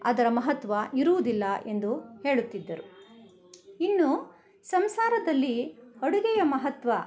ಅದರ ಮಹತ್ವ ಇರುವುದಿಲ್ಲ ಎಂದು ಹೇಳುತ್ತಿದ್ದರು ಇನ್ನು ಸಂಸಾರದಲ್ಲಿ ಅಡುಗೆಯ ಮಹತ್ವ